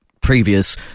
previous